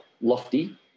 lofty